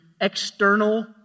external